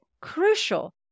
crucial